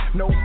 no